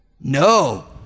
No